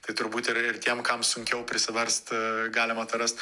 tai turbūt yra ir tiem kam sunkiau prisiverst galim atrast